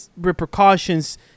repercussions